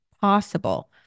possible